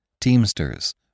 teamsters